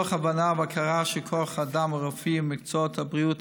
מתוך הבנה והכרה שכוח האדם הרפואי במקצועות הבריאות